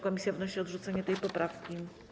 Komisja wnosi o odrzucenie tej poprawki.